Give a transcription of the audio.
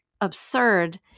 absurd